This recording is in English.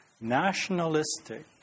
nationalistic